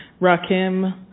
Rakim